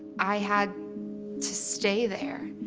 i had to stay there.